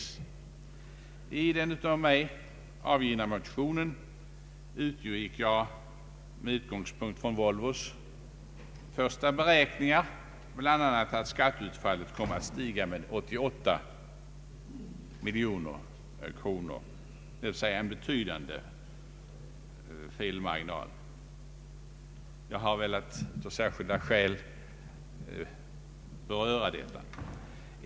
I en av mig avgiven motion utgick jag från Volvos första beräkningar, att skatteutfallet per den 1/1 1971 skulle komma att stiga med 88 miljoner kronor — dvs. en betydande felmarginal i förhållande till propositionen. Jag har av särskilda skäl velat beröra detta.